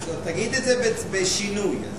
תגיד את זה בשינוי.